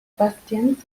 bastions